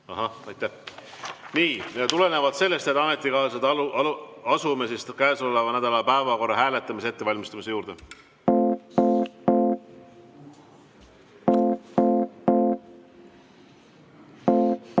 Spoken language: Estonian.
Ahah. Aitäh! Nii, tulenevalt sellest, head ametikaaslased, asume siis käesoleva nädala päevakorra hääletamise ettevalmistamise juurde.